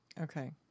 okay